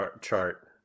chart